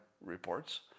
reports